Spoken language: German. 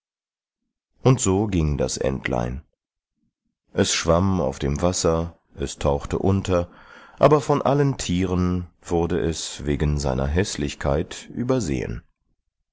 und so ging das entlein es schwamm auf dem wasser es tauchte unter aber von allen tieren wurde es wegen seiner häßlichkeit übersehen